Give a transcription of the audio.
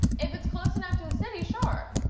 if it's close enough to the city, sure.